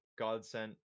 Godsent